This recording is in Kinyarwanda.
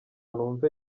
numve